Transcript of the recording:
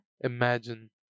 Imagine